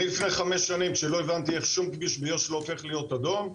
אני לפני חמש שנים שלא הבנתי איך שום כביש ביו"ש לא הופך להיות אדום,